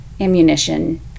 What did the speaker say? ammunition